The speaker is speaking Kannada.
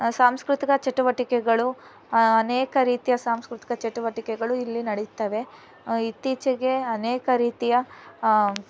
ಸಾಂಸ್ಕೃತಿಕ ಚಟುವಟಿಕೆಗಳು ಅನೇಕ ರೀತಿಯ ಸಾಂಸ್ಕೃತಿಕ ಚಟುವಟಿಕೆಗಳು ಇಲ್ಲಿ ನಡಿಯುತ್ತವೆ ಇತ್ತೀಚೆಗೆ ಅನೇಕ ರೀತಿಯ